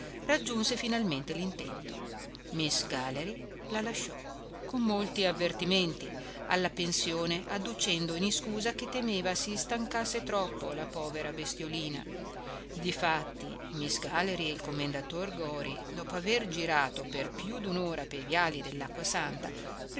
raggiunse finalmente l'intento miss galley la lasciò con molti avvertimenti alla pensione adducendo in iscusa che temeva si stancasse troppo la povera bestiolina difatti miss galley e il commendator gori dopo aver girato per più di un'ora pei viali dell'acqua santa